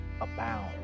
abound